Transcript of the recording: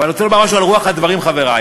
אבל אני רוצה לומר משהו על רוח הדברים, חברי.